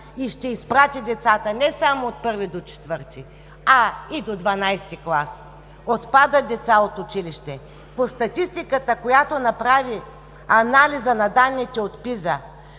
– ще изпрати децата не само от първи до четвърти клас, а и до 12-ти клас. Отпадат деца от училище. По статистиката, която се направи от анализа и данните от ПИЗА,